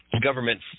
government